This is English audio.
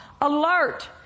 alert